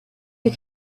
you